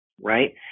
right